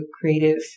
creative